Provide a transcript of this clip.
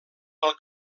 pel